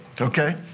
Okay